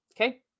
Okay